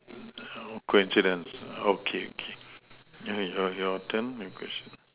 coincidence okay okay your your turn your question